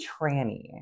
tranny